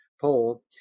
poll